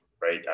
right